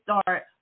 start